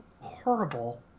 horrible